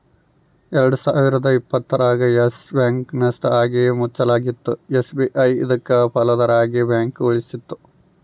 ಎಲ್ಡು ಸಾವಿರದ ಇಪ್ಪತ್ತರಾಗ ಯಸ್ ಬ್ಯಾಂಕ್ ನಷ್ಟ ಆಗಿ ಮುಚ್ಚಂಗಾಗಿತ್ತು ಎಸ್.ಬಿ.ಐ ಇದಕ್ಕ ಪಾಲುದಾರ ಆಗಿ ಬ್ಯಾಂಕನ ಉಳಿಸ್ತಿ